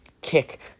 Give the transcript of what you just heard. kick